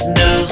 no